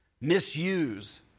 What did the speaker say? misuse